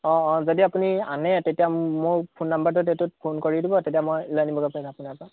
অঁ অঁ যদি আপুনি আনে তেতিয়া মই ফোন নম্বৰটোত ফোন কৰি দিব তেতিয়া মই লৈ আনিবগৈ পাৰিম আপোনাৰ পৰা